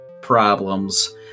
problems